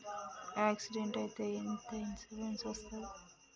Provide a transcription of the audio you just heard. Accident అయితే ఎంత insurance వస్తది?